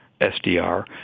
SDR